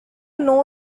know